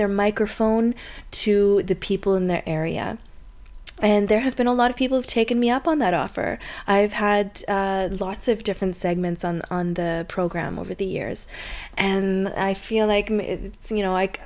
their microphone to the people in their area and there have been a lot of people have taken me up on that offer i've had lots of different segments on on the program over the years and i feel like it's you know like